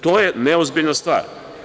To je neozbiljna stvar.